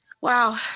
Wow